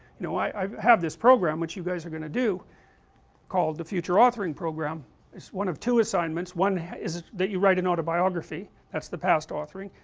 know i have this program which you guys are going to do called the future authoring program it's one of two assignments, one is that you write an autobiography that's the past authoring,